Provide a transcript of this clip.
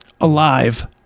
alive